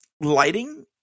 Lighting